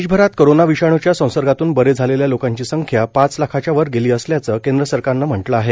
देशभरात कोरोना विषाणूच्या संसर्गातून बरे झालेल्या लोकांची संख्या पाच लाखांच्या वर गेली असल्याचं केंद्र सरकारनं म्हटलं आहे